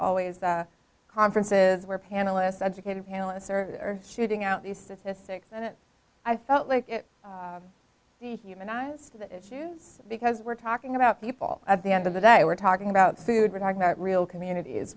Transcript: always the conferences where panelist educated panelists are shooting out these statistics and i felt like the humanize the issues because we're talking about people at the end of the day we're talking about food we're talking about real community is